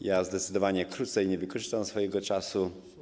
Powiem zdecydowanie krócej, nie wykorzystam swojego czasu.